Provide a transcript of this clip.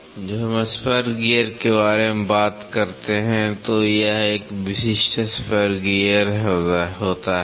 जब हम spur gear के बारे में बात करते हैं तो यह एक विशिष्ट स्पर गियर होता है